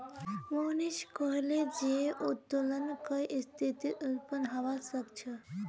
मोहनीश कहले जे उत्तोलन कई स्थितित उत्पन्न हबा सख छ